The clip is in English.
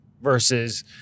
versus